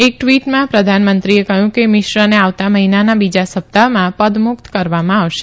એક ટવીટમાં પ્રધાનમંત્રીએ કહ્યું કે મિશ્રને આવતા મહિનાના બીજા સપ્તાહમાં દમુકત કરવામાં આવશે